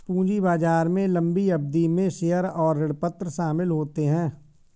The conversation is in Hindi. पूंजी बाजार में लम्बी अवधि में शेयर और ऋणपत्र शामिल होते है